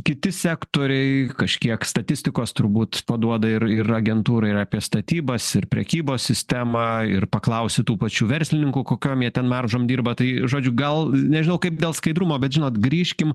kiti sektoriai kažkiek statistikos turbūt paduoda ir ir agentūra ir apie statybas ir prekybos sistemą ir paklausi tų pačių verslininkų kokiom jie ten maržom dirba tai žodžiu gal nežinau kaip dėl skaidrumo bet žinot grįžkim